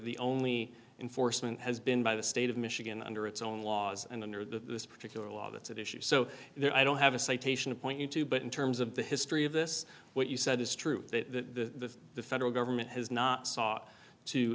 the only enforcement has been by the state of michigan under its own laws and under the particular law that's at issue so there i don't have a citation to point you to but in terms of the history of this what you said is true the federal government has not s